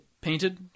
Painted